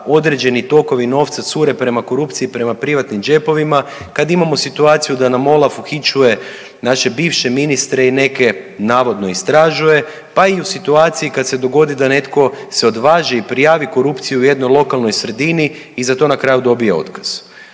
određeni tokovi novca cure prema korupciji, prema privatnim džepovima kad imamo situaciju da nam OLAF uhićuje naše bivše ministre i neke navodno istražuje, pa i u situaciji kad se dogodi da se netko odvaži i prijavi korupciju u jednoj lokalnoj sredini i za to na kraju dobije otkaz.